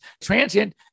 transient